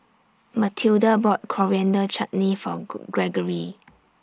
Matilda bought Coriander Chutney For Gregory